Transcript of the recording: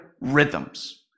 rhythms